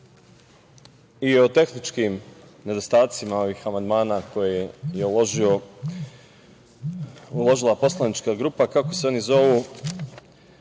i o tehničkim nedostacima ovih amandmana, koje je uložila poslanička grupa, kako se oni zovu,